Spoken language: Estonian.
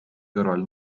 kõrval